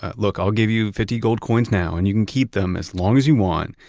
ah look, i'll give you fifty gold coins now and you can keep them as long as you want.